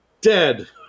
Dead